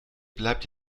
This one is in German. bleibt